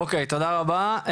אוקיי, תודה רבה.